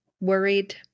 worried